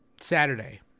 Saturday